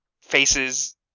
faces